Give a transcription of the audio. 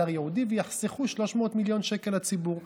לאתר ייעודי ויחסכו 300 מיליון שקל לציבור.